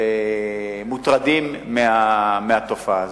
ואנו מוטרדים מהתופעה הזאת.